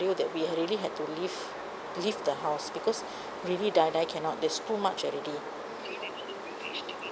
scenario that we had really had to leave leave the house because really die die cannot there's too much already